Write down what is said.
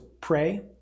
pray